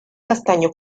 castaño